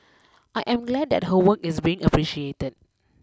I am glad that her work is being appreciated